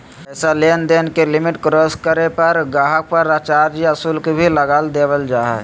पैसा लेनदेन के लिमिट क्रास करे पर गाहक़ पर चार्ज या शुल्क भी लगा देवल जा हय